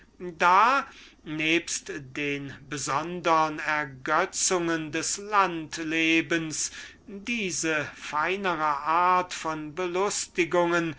da nebst den besondern ergötzungen des landlebens diese feinere art von belustigungen